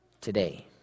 today